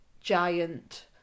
giant